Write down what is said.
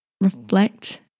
reflect